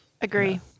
agree